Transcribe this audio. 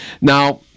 Now